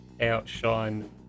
outshine